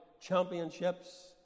championships